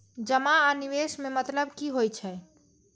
जमा आ निवेश में मतलब कि होई छै?